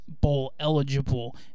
bowl-eligible